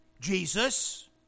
Jesus